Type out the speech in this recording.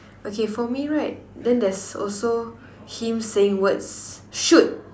okay for me right then there's also him saying words shoot